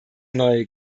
neue